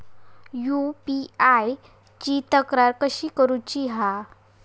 UPI ची तक्रार कशी करुची हा?